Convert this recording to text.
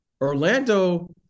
Orlando